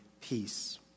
peace